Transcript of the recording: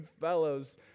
fellows